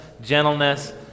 gentleness